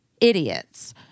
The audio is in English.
idiots